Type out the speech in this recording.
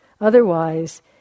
Otherwise